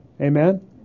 Amen